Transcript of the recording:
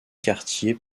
quartier